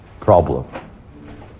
problem